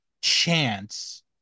chance